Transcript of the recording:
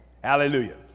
Hallelujah